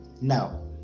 now